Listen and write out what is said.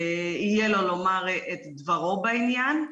יהיה לו לומר את דברו בעניין.